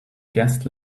guest